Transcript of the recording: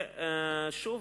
שוב,